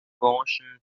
gaussian